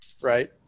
right